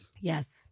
Yes